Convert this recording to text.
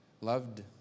Loved